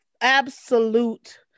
Absolute